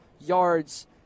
yards